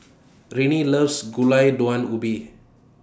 Rennie loves Gulai Daun Ubi